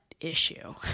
issue